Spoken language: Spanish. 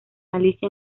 alicia